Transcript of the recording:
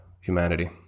humanity